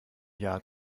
jahr